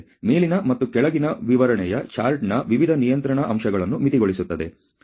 ಆದ್ದರಿಂದ ಮೇಲಿನ ಮತ್ತು ಕೆಳಗಿನ ವಿವರಣೆಯು ಚಾರ್ಟ್ನ ವಿವಿಧ ನಿಯಂತ್ರಣ ಅಂಶಗಳನ್ನು ಮಿತಿಗೊಳಿಸುತ್ತದೆ